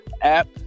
app